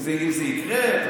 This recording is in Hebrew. שאם זה יקרה,